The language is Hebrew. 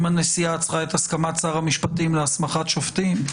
אם הנשיאה צריכה את הסכמת שר המשפטים להסמכת שופטים,